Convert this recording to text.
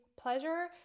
pleasure